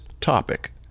topic